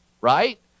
right